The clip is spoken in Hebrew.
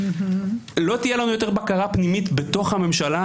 לא תהיה לנו יותר בקרה פנימית בתוך הממשלה.